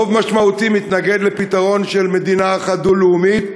רוב משמעותי מתנגד לפתרון של מדינה אחת דו-לאומית,